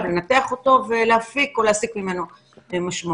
ולנתח אותו ולהפיק או להסיק ממנו את המשמעויות.